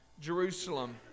Jerusalem